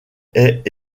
est